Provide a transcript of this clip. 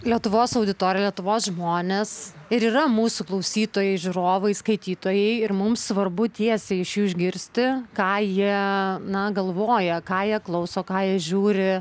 lietuvos auditorija lietuvos žmonės ir yra mūsų klausytojai žiūrovai skaitytojai ir mums svarbu tiesiai iš jų išgirsti ką jie na galvoja ką jie klauso ką jie žiūri